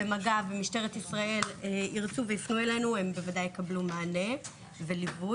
במג"ב או במשטרת ישראל יפנו אלינו הם בוודאי יקבלו מענה וליווי.